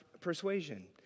persuasion